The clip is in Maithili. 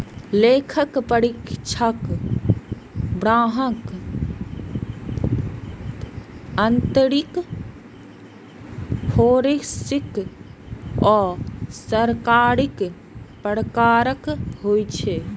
लेखा परीक्षक बाह्य, आंतरिक, फोरेंसिक आ सरकारी प्रकारक होइ छै